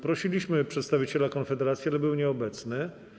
Prosiliśmy przedstawiciela Konfederacji, ale był nieobecny.